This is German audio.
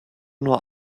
nur